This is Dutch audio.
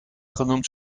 genoemd